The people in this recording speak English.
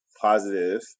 positive